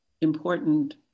important